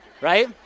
right